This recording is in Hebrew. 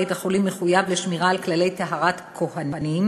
בית-החולים מחויב לשמירה על כללי טהרת כוהנים,